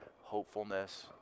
hopefulness